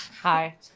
Hi